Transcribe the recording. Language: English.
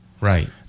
Right